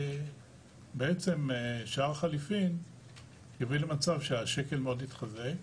כי שער החליפין יביא למצב שהשקל מאד יתחזק,